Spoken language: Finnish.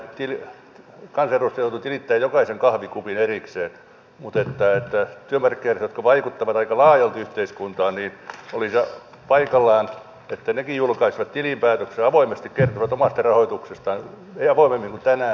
kansanedustaja joutuu tilittämään jokaisen kahvikupin erikseen mutta olisi paikallaan että työmarkkinajärjestöt jotka vaikuttavat aika laajalti yhteiskuntaan julkaisisivat nekin tilinpäätöksen ja kertoisivat omasta rahoituksestaan avoimesti avoimemmin kuin tänään